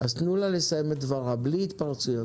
אז תנו לה לסיים את דברה בלי התפרצויות.